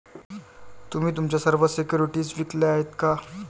तुम्ही तुमच्या सर्व सिक्युरिटीज विकल्या आहेत का?